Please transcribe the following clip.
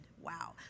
Wow